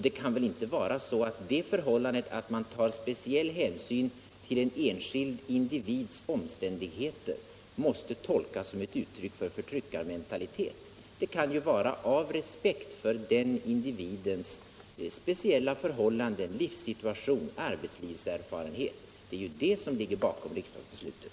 Det kan väl inte vara så, att det förhållandet att man tar speciell hänsyn till en enskild individs omständigheter måste tolkas som ett uttryck för förtryckarmentalitet — det kan vara av respekt för den individens speciella förhållanden, livssituation, arbetslivserfarenhet. Det är ju det som ligger bakom riksdagsbeslutet.